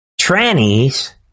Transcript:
trannies